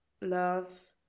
love